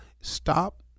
stop